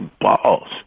balls